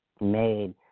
made